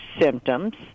symptoms